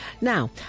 Now